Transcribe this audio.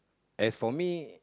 as for me